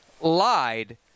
lied